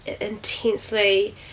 intensely